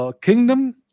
Kingdom